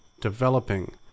developing